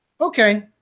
Okay